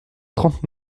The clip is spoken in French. trente